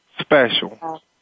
special